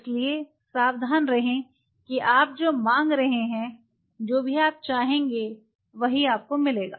इसलिए सावधान रहें कि आप जो मांग रहे हैं जो भी आप चाहेंगे वही आपको मिलेगा